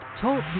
Talk